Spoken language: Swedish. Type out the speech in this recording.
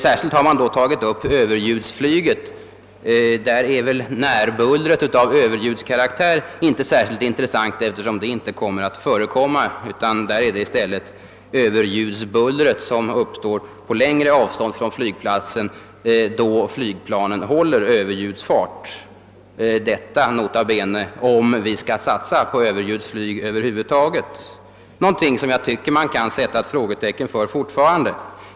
Särskilt har man i det sammanhanget talat om Ööverljudsflyget. Därvidlag är väl närbullret av Ööverljudskaraktär inte särskilt intressant eftersom något sådant inte kommer att finnas, utan där är det i stället fråga om överljudsbullret som uppstår på längre avstånd från flygplatsen, då flygplanen håller överljudsfart. Detta gäller nota bene om vi skall satsa på överljudsflyg över huvud taget, någonting som jag tycker att man fortfarande kan sätta ett frågetecken för.